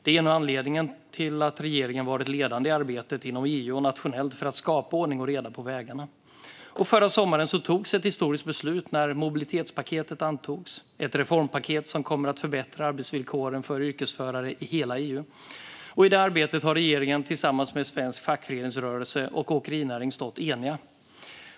Det är av den anledningen regeringen varit ledande i arbetet både inom EU och nationellt för att skapa ordning och reda på vägarna. Förra sommaren togs ett historiskt beslut när mobilitetspaketet antogs, ett reformpaket som kommer att förbättra arbetsvillkoren för yrkesförare i hela EU. I det arbetet har regeringen tillsammans med svensk fackföreningsrörelse och åkerinäring stått eniga.